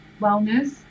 wellness